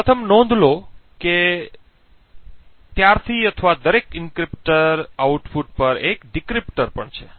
તેથી પ્રથમ નોંધ લો કે ત્યારથી અથવા દરેક એન્ક્રિપ્ટર આઉટપુટ પર એક ડિક્રિપ્ટર પણ છે